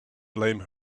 blame